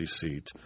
seat